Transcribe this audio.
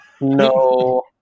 No